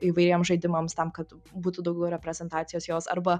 įvairiem žaidimams tam kad būtų daugiau reprezentacijos jos arba